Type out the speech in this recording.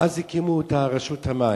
ואז הקימו את רשות המים,